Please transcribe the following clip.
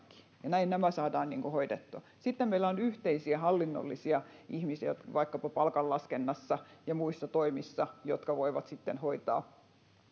näin nämä saadaan hoidettua sitten meillä on yhteisiä hallinnollisia ihmisiä vaikkapa palkanlaskennassa ja muissa toimissa jotka voivat sitten hoitaa asioita